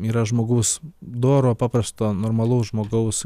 yra žmogaus doro paprasto normalaus žmogaus